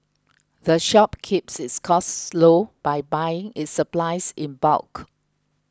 the shop keeps its costs low by buying its supplies in bulk